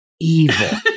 evil